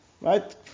Right